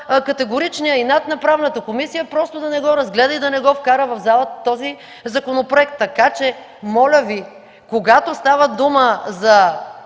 категоричния инат на Правната комисия – просто да не разгледа и да не вкара в залата този законопроект. Моля Ви, когато става дума за